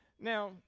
Now